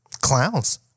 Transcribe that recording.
clowns